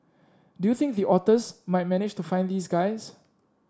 do you think the otters might manage to find these guys